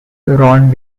ron